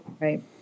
Right